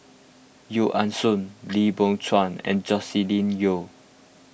Yeo Ah Seng Lim Biow Chuan and Joscelin Yeo